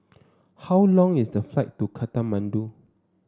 how long is the flight to Kathmandu